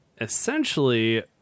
essentially